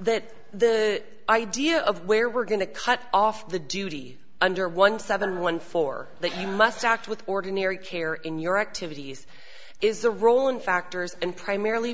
that the idea of where we're going to cut off the duty under one seven one four that you must act with ordinary care in your activities is a role in factors and primarily